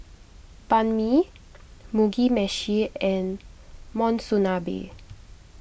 Banh Mi Mugi Meshi and Monsunabe